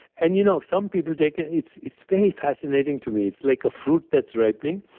and you know some people take it. it's it's very fascinating to me. it's like a fruit that's ripening,